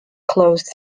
closed